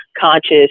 conscious